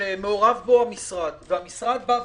שמעורב בו המשרד, והמשרד אומר: